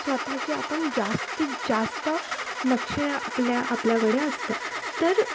स्वतःचे आपण जास्तीत जास्त लक्ष आपल्या आपल्याकडे असतं तर